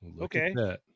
Okay